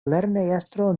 lernejestro